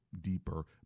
deeper